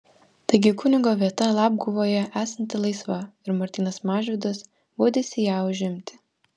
taigi kunigo vieta labguvoje esanti laisva ir martynas mažvydas baudėsi ją užimti